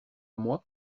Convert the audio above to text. moi